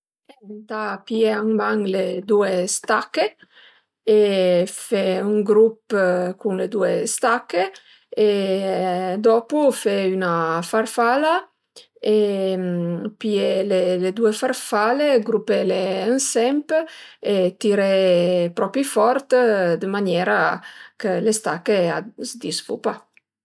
Ëntà pìé ën man le due stache e fe ën grup cun le due stache e dopu fe üna farfala, pìè le due farfale, grupele ënsemp e tirè propi fort dë maniera chë le stache a së disfu pa